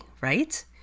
right